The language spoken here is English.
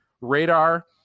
radar